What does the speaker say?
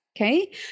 Okay